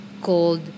called